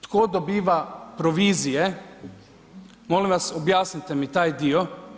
Tko dobiva provizije, molim vas, objasnite mi taj dio.